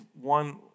one